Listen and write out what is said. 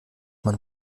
man